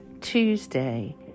Tuesday